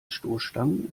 stoßstangen